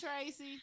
Tracy